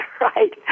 Right